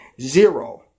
Zero